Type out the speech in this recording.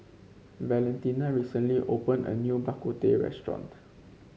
Valentina recently opened a new Bak Kut Teh restaurant